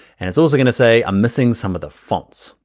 and it's also gonna say i'm missing some of the fonts.